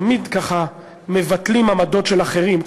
תמיד ככה מבטלים עמדות של אחרים.